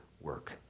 work